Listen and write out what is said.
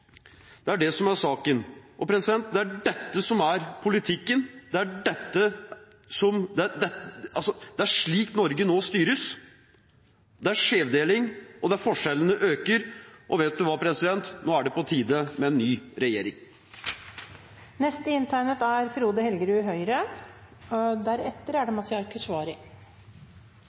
Det er det som er saken. Det er dette som er politikken, det er slik Norge nå styres, det er skjevdeling og forskjellene øker. Nå er det på tide med en ny regjering. Noen utsagn fortjener å bli kommentert, fordi de sier noe om holdningene til dem som uttaler dem. Det